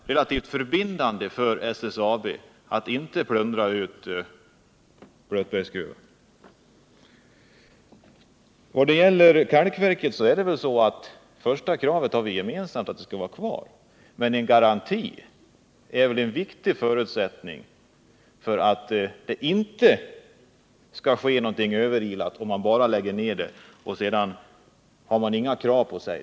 Herr talman! Om jag tolkat Olle Wästberg i Stockholm och utskottet rätt, så har nu Blötbergsgruvan fått ett rådrum som innebär att SSAB inte skall plundra ut gruvan, inte ta upp det som finns i gruvan och sälja ut det. Jag kan inte tolka det på annat sätt än att utskottet avser detta, och det bör vara förbindande för SSAB att inte plundra ut Blötbergsgruvan. Vad det gäller kalkverket är det väl så att vi har första kravet gemensamt, nämligen att verket skall vara kvar. Men en garanti är väl en viktig förutsättning för att det inte skall ske något överilat, t.ex. att man bara lägger ned verket, och därefter inte har några krav på sig.